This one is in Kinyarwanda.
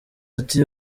ati